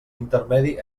intermedi